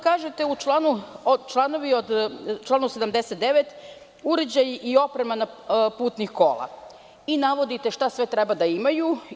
Kažete onda u članu 79. – uređaj i oprema putnih kola i navodite šta sve treba da imaju.